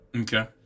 okay